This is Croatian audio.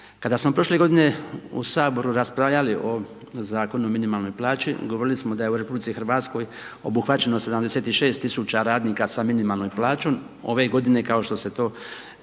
Kada smo prošle g. u Saboru raspravljali o Zakonu o minimalnoj plaći, govorili smo da je u RH, obuhvaćeno 76 tisuća radnika sa minimalnoj plaćom, ove g. kao što se to